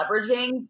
leveraging